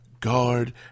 guard